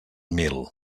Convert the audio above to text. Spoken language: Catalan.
mil